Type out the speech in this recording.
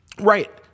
Right